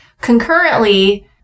concurrently